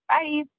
Bye